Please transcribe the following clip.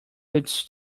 leads